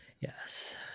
Yes